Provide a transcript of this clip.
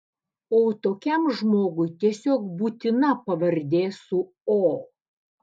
o tokiam žmogui tiesiog būtina pavardė su o